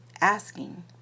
asking